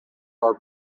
are